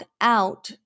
out